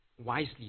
wisely